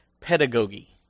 pedagogy